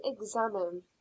examine